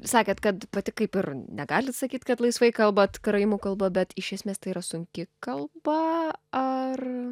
sakėt kad pati kaip ir negalit sakyt kad laisvai kalbat karaimų kalba bet iš esmės tai yra sunki kalba ar